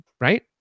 right